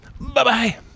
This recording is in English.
Bye-bye